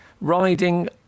Riding